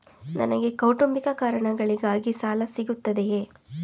ನನಗೆ ಕೌಟುಂಬಿಕ ಕಾರಣಗಳಿಗಾಗಿ ಸಾಲ ಸಿಗುತ್ತದೆಯೇ?